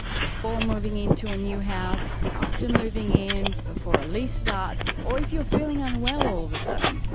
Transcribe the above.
before moving in to a new house, after moving in, before a lease starts, or if you're feeling unwell all of a sudden.